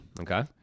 Okay